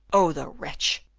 oh, the wretch!